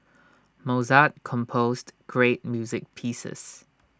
Mozart composed great music pieces